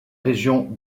région